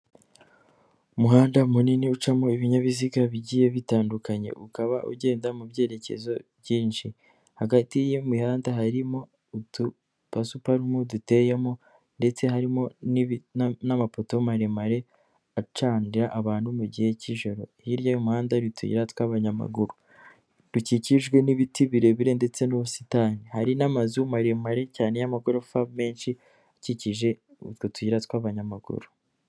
Umuhanda munini ucamo ibinyabiziga bigiye bitandukanye, ukaba ugenda mu byerekezo byinshi, hagati y'imihanda harimo udupasiparume duteyemo, ndetse harimo n'amapoto maremare acanira abantu mu gihe cy'ijoro hirya y'umuhanda hari utuyira tw'abanyamaguru dukikijwe n'ibiti birebire ndetse n'ubusitani hari n'amazu maremare cyane y'amagorofa menshi akikije utwo tuyira tw'abanyamaguru.